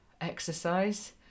Exercise